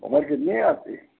उमर कितनी है आपकी